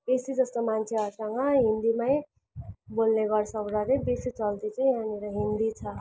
बेसी जस्तो मान्छेहरूसँग हिन्दीमै बोल्ने गर्छौँ र नै बेसी चल्ती चाहिँ यहाँनिर हिन्दी छ